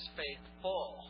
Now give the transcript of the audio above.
faithful